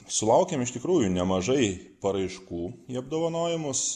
sulaukėm iš tikrųjų nemažai paraiškų į apdovanojimus